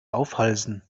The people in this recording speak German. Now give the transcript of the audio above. aufhalsen